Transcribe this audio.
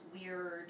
weird